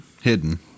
hidden